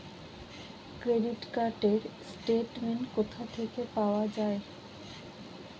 Credit card র statement কোথা থেকে পাওয়া যাবে?